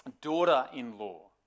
daughter-in-law